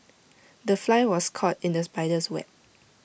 the fly was caught in the spider's web